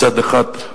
מצד אחד,